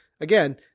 Again